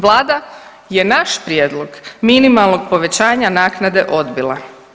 Vlada je naš prijedlog minimalnog povećanja naknade odbila.